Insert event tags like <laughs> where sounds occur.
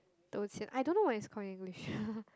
I don't know what it's called in English <laughs>